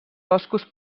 boscos